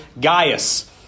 Gaius